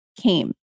came